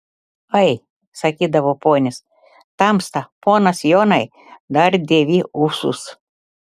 ai sakydavo ponios tamsta ponas jonai dar dėvi ūsus